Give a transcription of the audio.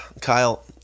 Kyle